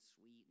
sweet